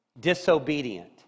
disobedient